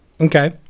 Okay